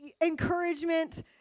encouragement